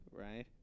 Right